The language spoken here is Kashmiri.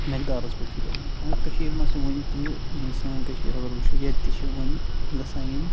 میقدارس پٮ۪ٹھ چھُ یہِ کارن مگر کشیٖرِ منٛز چھِ ؤنۍ تہِ یہِ سٲنۍ کشیٖر اگر وٕچھو ییٚتہِ تہِ چھُ وۄنۍ گژھان یِم